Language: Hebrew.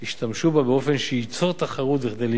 ישתמשו בה באופן שייצור תחרות וכדי למנוע